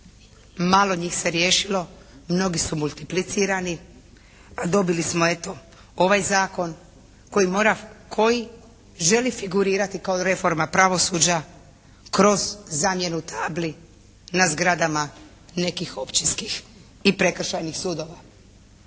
malo njih se riješilo, mnogi su multiplicirani, a dobili smo eto ovaj zakon koji mora, koji želi figurirati kao reforma pravosuđa kroz zamjenu tabli na zgradama nekih općinskih i prekršajnih sudova.